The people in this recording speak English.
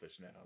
now